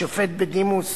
השופט בדימוס